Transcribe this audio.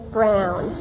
Brown